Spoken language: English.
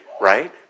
right